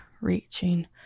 Reaching